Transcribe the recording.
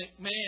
McMahon